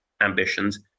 ambitions